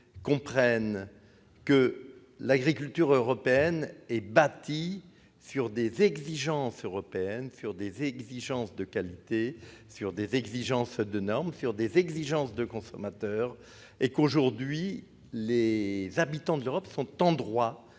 comprennent que l'agriculture européenne est bâtie sur des exigences européennes sur des exigences de qualité sur des exigences de normes sur des exigences de consommateurs et qu'aujourd'hui les habitants de l'Europe sont en droit